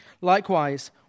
Likewise